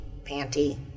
panty